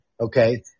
Okay